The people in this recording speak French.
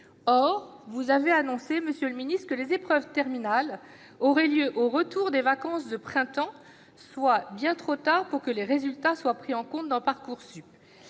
Or, vous l'avez annoncé, monsieur le ministre, les épreuves terminales auront lieu au retour des vacances de printemps, soit bien trop tard pour que les résultats soient pris en considération dans Parcoursup.